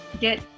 get